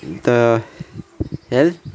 the hell